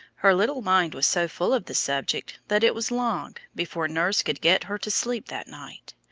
her little mind was so full of the subject that it was long before nurse could get her to sleep that night.